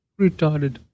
Retarded